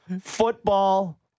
football